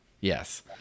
Yes